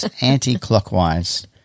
anti-clockwise